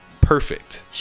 perfect